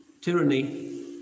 tyranny